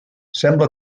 sembla